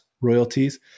royalties